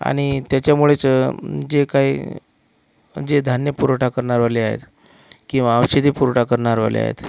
आणि त्याच्यामुळेच जे काय जे धान्य पुरवठा करणारवाले आहेत किंवा औषधे पुरवठा करणारवाले आहेत